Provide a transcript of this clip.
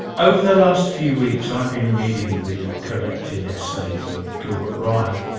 over the last few weeks i've been reading the collected essays of gilbert ryle,